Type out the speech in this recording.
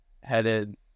headed